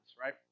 right